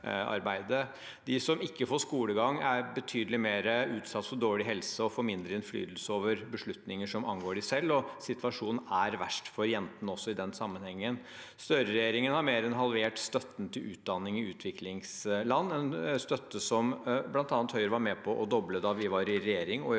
De som ikke får skolegang, er betydelig mer utsatt for dårlig helse og får mindre innflytelse over beslutninger som angår dem selv. Situasjonen er verst for jentene også i den sammenhengen. Støre-regjeringen har mer enn halvert støtten til utdanning i utviklingsland, en støtte som bl.a. Høyre var med på å doble da vi var i regjering.